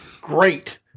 great